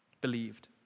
believed